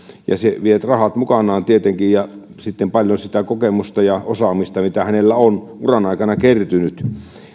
ja vie rahat mukanaan tietenkin ja sitten paljon sitä kokemusta ja osaamista mitä hänellä on uran aikana kertynyt